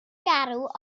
garw